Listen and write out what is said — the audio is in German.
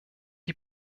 die